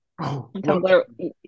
Tumblr